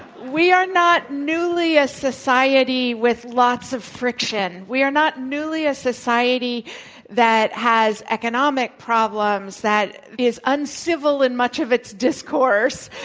we are not newly a society with lots of friction. we are not newly a society that has economic problems, that is uncivil in much of its discourse,